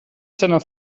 seiner